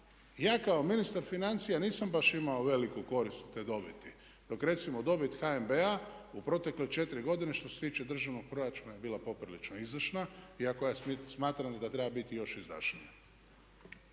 Ja kao ministar financija nisam baš imao veliku korist od te dobiti, dok recimo dobit HNB-a u protekle četiri godine što se tiče državnog proračuna je bila poprilično izdašna iako ja smatram da treba biti i još izdašnija.